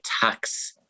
tax